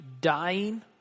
dying